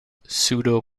pseudo